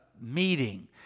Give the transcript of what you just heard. meeting